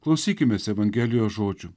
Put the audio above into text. klausykimės evangelijos žodžių